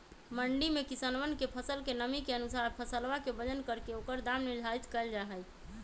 मंडी में किसनवन के फसल के नमी के अनुसार फसलवा के वजन करके ओकर दाम निर्धारित कइल जाहई